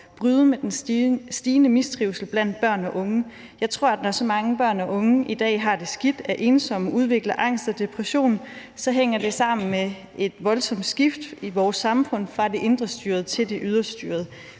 bryde med den stigende mistrivsel blandt børn og unge. Jeg tror, at når så mange børn og unge i dag har det skidt, er ensomme og udvikler angst og depression, så hænger det sammen med et voldsomt skift i vores samfund fra det indrestyrede til det ydrestyrede.